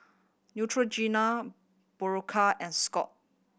Neutrogena Berocca and Scott